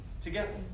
together